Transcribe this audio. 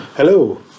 Hello